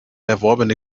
erworbene